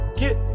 get